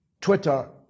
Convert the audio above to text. Twitter